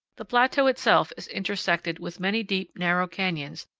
the plateau itself is intersected with many deep, narrow canyons,